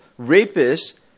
rapists